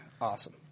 awesome